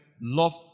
love